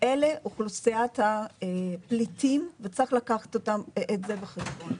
אלה אוכלוסיית הפליטים וצריך לקחת את זה בחשבון.